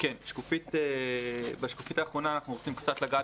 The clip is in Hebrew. בשקופית האחרונה אנחנו רוצים קצת לגעת